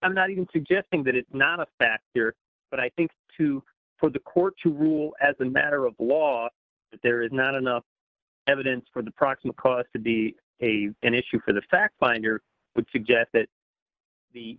i'm not even suggesting that it's not a factor here but i think too for the court to rule as a matter of law but there is not enough evidence for the proximate cause to be a an issue for the fact finder would suggest that the